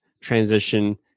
transition